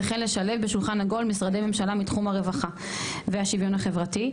וכן לשלב בשולחן עגול משרדי ממשלה מתחום הרווחה והשוויון החברתי,